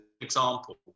example